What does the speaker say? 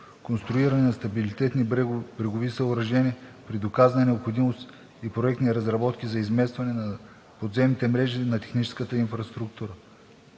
конструиране на стабилитетни брегови съоръжения при доказана необходимост и проектни разработки за изместване на подземните мрежи на техническата инфраструктура,